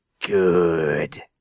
good